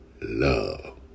love